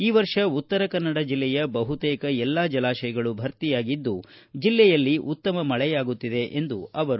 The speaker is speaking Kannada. ಈ ವರ್ಷ ಉತ್ತರಕನ್ನಡ ಜಿಲ್ಲೆಯ ಬಹುತೇಕ ಎಲ್ಲಾ ಜಲಾಶಯಗಳು ಭರ್ತಿಯಾಗಿದ್ದು ಜಿಲ್ಲೆಯಲ್ಲಿ ಉತ್ತಮ ಮಳೆಯಾಗುತ್ತಿದೆ ಎಂದರು